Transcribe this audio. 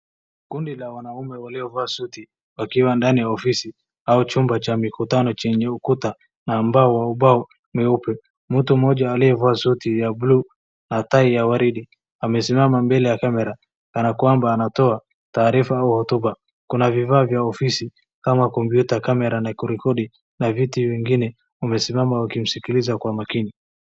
Kundi la wanaume waliovaa suti wakiwa ndani ya ofisi au chumba cha mikutano chenye ukuta na ubao mweupe. Mtu mmoja aliyevaa suti ya buluu na tai ya waridi amesimama mbele ya kamera kana kwamba anatoa taarifa au hotuba . Kuna vifaa vya ofisi kama kompyuta, kamera ya kurekodi na vitu vingine Wamesimama na kumskiza kwa makini.